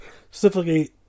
Specifically